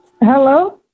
hello